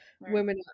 women